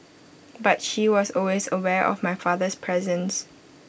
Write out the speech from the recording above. but she was always aware of my father's presence